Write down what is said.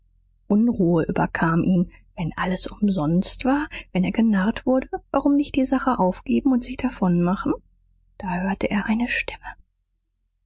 unruhe überkam ihn wenn alles umsonst war wenn er genarrt wurde warum nicht die sache aufgeben und sich davon machen da hörte er eine stimme